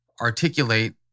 articulate